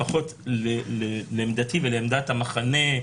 לפחות לעמדתי ולעמדת המחנה,